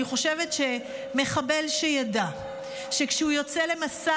אני חושבת שמחבל שידע שכשהוא יוצא למסע